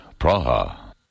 Praha